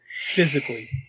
physically